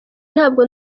ntabwo